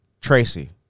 Tracy